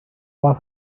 was